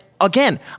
Again